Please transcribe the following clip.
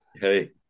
Hey